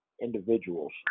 individuals